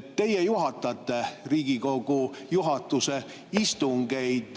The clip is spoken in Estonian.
Teie juhatate Riigikogu juhatuse istungeid.